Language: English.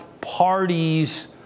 parties